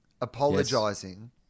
apologising